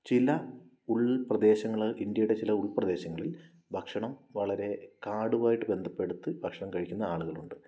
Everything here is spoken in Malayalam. ചില ഉൾപ്രദേശങ്ങളില് ഇന്ത്യയുടെ ചില ഉൾപ്രദേശങ്ങളിൽ ഭക്ഷണം വളരെ കാടുമായിട്ട് ബന്ധപ്പെടുത്തി ഭക്ഷണം കഴിക്കുന്ന ആളുകളുണ്ട്